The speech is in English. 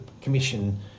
commission